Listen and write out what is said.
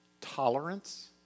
tolerance